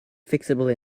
fixable